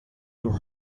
your